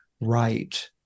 right